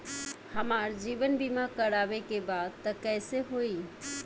हमार जीवन बीमा करवावे के बा त कैसे होई?